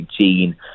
Gene